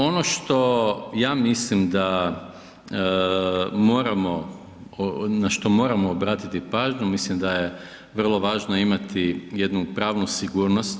Ono što ja mislim da moramo, na što moramo obratiti pažnju, mislim da je vrlo važno imati jednu pravnu sigurnost.